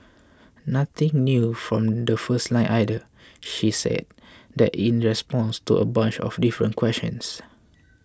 nothing new from the first line either she's said that in response to a bunch of different questions